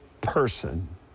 person